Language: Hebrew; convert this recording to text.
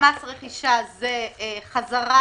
רכישה זה חזרה